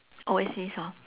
always east hor